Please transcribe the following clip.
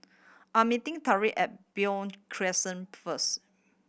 I'm meeting Tyriq at Beo Crescent first